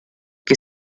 que